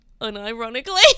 unironically